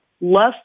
Less